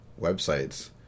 websites